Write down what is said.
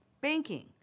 banking